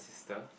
sister